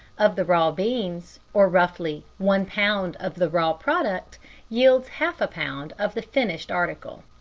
of the raw beans, or roughly, one pound of the raw product yields half a pound of the finished article.